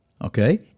okay